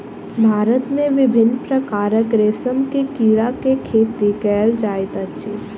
भारत मे विभिन्न प्रकारक रेशम के कीड़ा के खेती कयल जाइत अछि